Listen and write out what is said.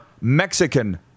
Mexican